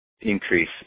increase